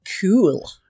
Cool